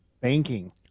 banking